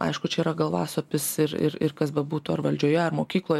aišku čia yra galvasopis ir ir ir kas bebūtų ar valdžioje ar mokykloje